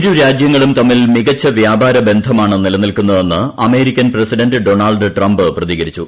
ഇരുരാജ്യങ്ങളും തമ്മിൽ മികച്ച വ്യാപാര ബന്ധമാണ് നിലനിൽക്കുന്നതെന്ന് അമേരിക്കൻ പ്രസിഡന്റ് ഡോണൾഡ് ട്രംപ് പ്രതികരിച്ചു